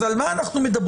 אז על מה אנחנו מדברים?